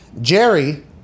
Jerry